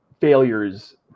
failures